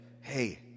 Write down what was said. hey